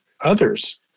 others